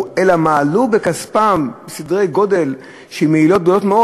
אלא מעלו בכספם בסדרי גודל של מעילות גדולות מאוד,